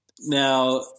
Now